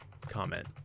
comment